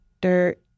dirt